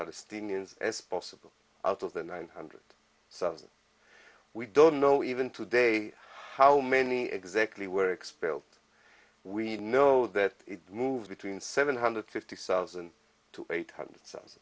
palestinians as possible out of the nine hundred something we don't know even today how many exactly were expelled we know that it moves between seven hundred fifty thousand to eight hundred